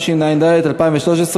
התשע"ד 2013,